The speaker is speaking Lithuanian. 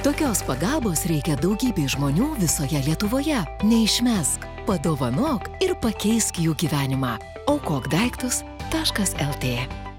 tokios pagalbos reikia daugybei žmonių visoje lietuvoje neišmesk padovanok ir pakeisk jų gyvenimą aukok daiktus taškas lt